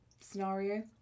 scenario